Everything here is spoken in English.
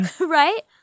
Right